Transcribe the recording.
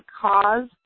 cause